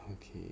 okay